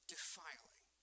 Defiling